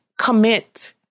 commit